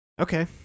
Okay